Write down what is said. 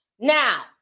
Now